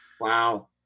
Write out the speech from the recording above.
Wow